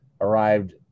arrived